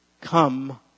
Come